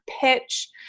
pitch